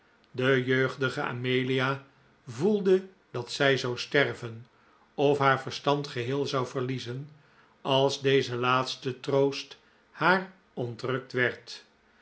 de jeugdige amelia voelde dat zij zou sterven of haar verstand geheel zou verliezen als deze laatste troost haar ontrukt werd